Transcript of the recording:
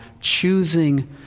choosing